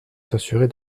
s’assurer